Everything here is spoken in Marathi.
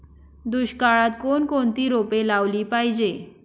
दुष्काळात कोणकोणती रोपे लावली पाहिजे?